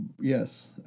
Yes